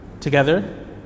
Together